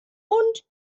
und